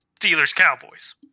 Steelers-Cowboys